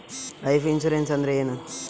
Life insurance ಅಂದ್ರ ಏನ?